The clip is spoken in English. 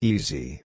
Easy